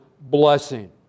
blessing